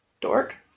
Dork